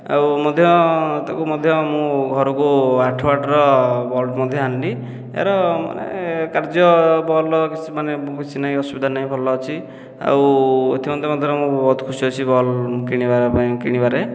ଆଉ ମଧ୍ୟ ତାକୁ ମଧ୍ୟ ମୁଁ ଘରକୁ ଆଠ ୱାଟ୍ର ବଲ୍ବ ମଧ୍ୟ ଆଣିଲି ଏହାର ମାନେ କାର୍ଯ୍ୟ ବଲ୍ବର କିଛି ମାନେ ବେଶି ନାହିଁ ଅସୁବିଧା ନାହିଁ ଭଲ ଅଛି ଆଉ ଏଥି ମଧ୍ୟ ମଧ୍ୟରୁ ମୁଁ ବହୁତ ଖୁସି ଅଛି ବଲ କିଣିବା ପାଇଁ କିଣିବାରେ